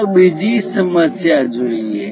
ચાલો બીજી સમસ્યા જોઈએ